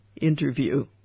interview